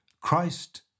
Christ